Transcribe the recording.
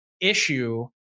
issue